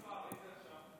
יש לך ארבע דקות.